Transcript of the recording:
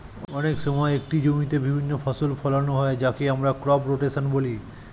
অনেক সময় একটি জমিতে বিভিন্ন ফসল ফোলানো হয় যাকে আমরা ক্রপ রোটেশন বলি